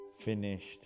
finished